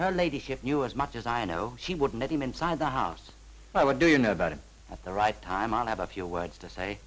her ladyship knew as much as i know she would let him inside the house i would do you know about it at the right time i have a few words to say